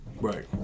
Right